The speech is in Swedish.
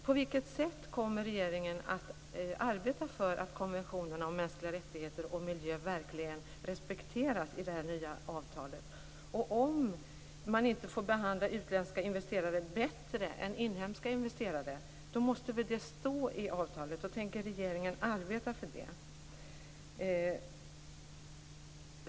På vilket sätt kommer regeringen att arbeta för att konventionerna om mänskliga rättigheter och miljö verkligen respekteras i det nya avtalet? Om man inte får behandla utländska investerare bättre än inhemska investerare så måste väl det stå i avtalet. Tänker regeringen arbeta för det?